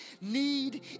need